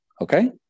Okay